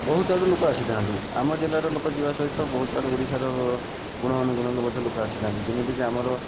ବହୁତ ଆଡ଼ରୁ ଲୋକ ଆସିଥାନ୍ତି ଆମ ଜିଲ୍ଲାର ଲୋକ ଯିବା ସହିତ ବହୁତ ଆଡୁ ଓଡ଼ିଶାର କୋଣ ଅନୁକୋଣରୁ ମଧ୍ୟ ଲୋକ ଆସିଥାନ୍ତି ଯେମିତିକି ଆମର